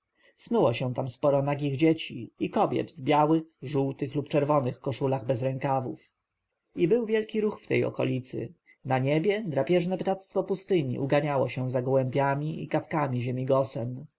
snuło się tam sporo nagich dzieci i kobiet w białych żółtych lub czerwonych koszulach bez rękawów i był wielki ruch w tej okolicy na niebie drapieżne ptactwo pustyni uganiało się za gołębiami i kawkami ziemi gosen